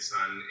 Son